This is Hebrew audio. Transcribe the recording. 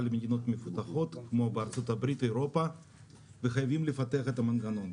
למדינות המפותחות כמו בארה"ב ובאירופה וחייבים לפתח את המנגנון.